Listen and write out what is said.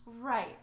Right